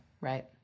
right